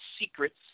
secrets